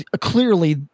clearly